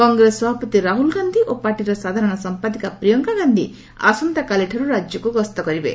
କଂଗ୍ରେସ ସଭାପତି ରାହୁଲ୍ ଗାନ୍ଧି ଓ ପାର୍ଟିର ସାଧାରଣ ସମ୍ପାଦିକା ପ୍ରିୟଙ୍କା ଗାନ୍ଧି ଆସନ୍ତାକାଲିଠାରୁ ରାଜ୍ୟକୁ ଗସ୍ତ କରିବେ